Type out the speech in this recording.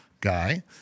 guy